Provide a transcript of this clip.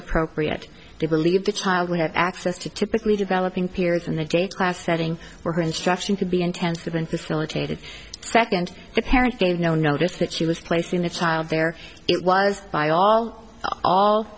appropriate to believe the child would have access to typically developing peers in the day class setting where her instruction could be intensive and facilitated second the parent gave no notice that she was placing the child there it was by all all